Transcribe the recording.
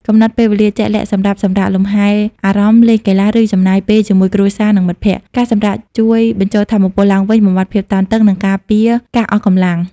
កំណត់ពេលវេលាជាក់លាក់សម្រាប់សម្រាក លំហែអារម្មណ៍ លេងកីឡា ឬចំណាយពេលជាមួយគ្រួសារ និងមិត្តភក្តិ ការសម្រាកជួយបញ្ចូលថាមពលឡើងវិញ បំបាត់ភាពតានតឹង និងការពារការអស់កម្លាំង។